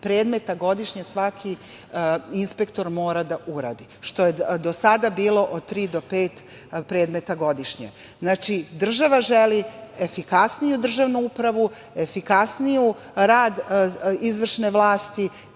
predmeta godišnje svaki inspektor mora da uradi. Do sada je bilo od tri do pet predmeta godišnje. Znači, država želi efikasniju državnu upravu, efikasniji rad izvršne vlasti,